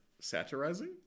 Satirizing